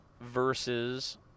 versus